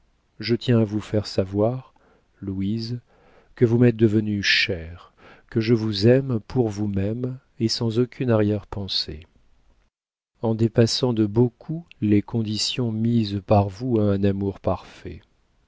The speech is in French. je tiens à vous faire savoir louise que vous m'êtes devenue chère que je vous aime pour vous-même et sans aucune arrière-pensée en dépassant de beaucoup les conditions mises par vous à un amour parfait